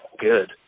good